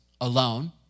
alone